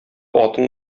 атын